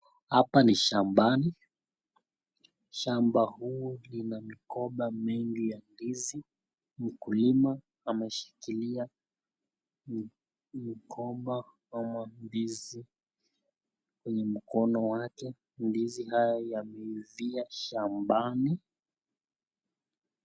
Hapa ni shambani. Shamba huu ina migomba mengi ya ndizi. Mkulima ameshikilia mgomba ama ndizi kwenye mkono wake. Ndizi haya yameivia shambani.